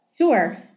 Sure